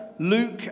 Luke